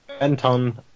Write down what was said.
Anton